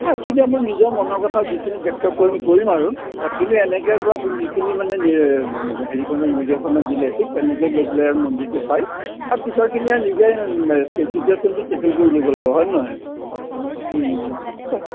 অঁ এইখিনি আৰু নিজৰ মনৰ কথা যিখিনি ব্যক্ত কৰিম কৰিম আৰু কিন্তু এনেকৈ গৈ যিখিনি মানে হেৰিখনত নিৰ্দেশনা দিলে ঠিক তেনেকৈ গৈ পেলাই মন্দিৰটো পাই তাৰ পিছৰখিনি আৰু নিজে ছিটুৱেচনটো চেটিং কৰি ল'ব লাগিব হয়নে নহয় আচ্ছা